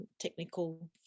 Technical